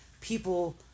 people